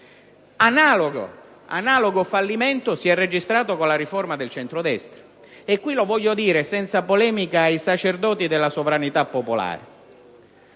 Analogo fallimento si è registrato con la riforma del centrodestra. Mi rivolgo senza polemica ai sacerdoti della sovranità popolare.